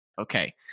Okay